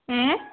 ഏ